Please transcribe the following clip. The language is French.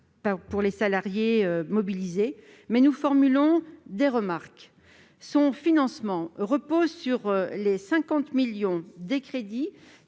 pour les salariés mobilisés, mais nous formulons des remarques. Son financement repose sur les 50 millions d'euros